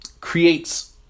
creates